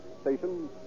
station